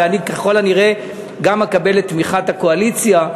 וככל הנראה אני גם אקבל את תמיכת הקואליציה.